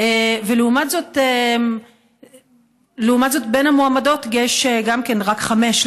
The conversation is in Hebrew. ולעומת זאת בין המועמדות יש רק חמש,